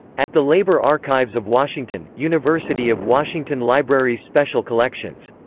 at the labor archives of washington, university of washington libraries special collections.